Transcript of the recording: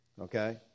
Okay